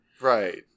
Right